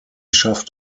schafft